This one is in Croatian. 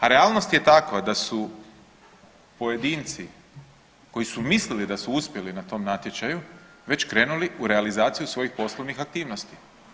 A realnost je takva da su pojedinci koji su mislili da su uspjeli na tom natječaju već krenuli u realizaciju svojih poslovnih aktivnosti.